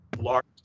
large